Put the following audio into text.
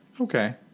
Okay